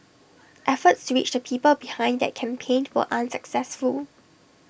efforts to reach the people behind that campaign were unsuccessful